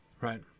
right